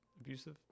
abusive